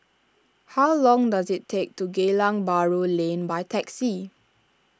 how long does it take to Geylang Bahru Lane by taxi